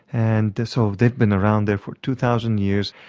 and so they've been around there for two thousand years.